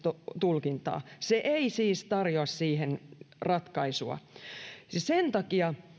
tulkintaa se ei siis tarjoa siihen ratkaisua sen takia